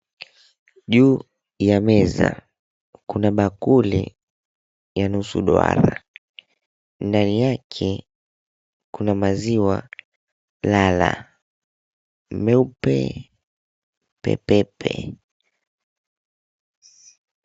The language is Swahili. Juu ya meza kuna bakuli ya nusu duara. Ndani yake kuna maziwa lala meupe pepepe.